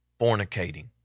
fornicating